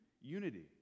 unity